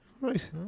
right